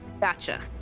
Gotcha